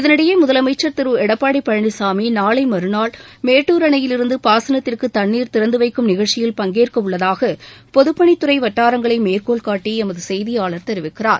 இதனிடையே முதலமைச்சர் திரு எடப்பாடி பழனிசாமி நாளை மறுநாள் மேட்டுர் அணையிலிருந்து பாசனத்திற்கு தண்ணீர் திறந்து வைக்கும் நிகழ்ச்சியில் பங்கேற்கவுள்ளதாக பொதுப்பணித் துறை வட்டாரங்களை மேற்கோள்காட்டி எமது செய்தியாளர் தெரிவிக்கிறார்